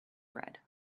bread